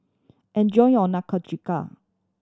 enjoy your Nikujaga